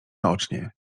naocznie